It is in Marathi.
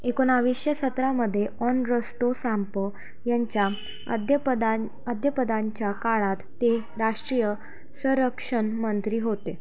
एकोणवीसशे सतरामध्ये ऑनरस्टो सांप यांच्या अध्यपदां अध्यपदाच्या काळात ते राष्ट्रीय संरक्षण मंत्री होते